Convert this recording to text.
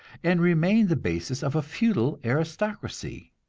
and remained the basis of a feudal aristocracy.